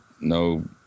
no